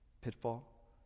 pitfall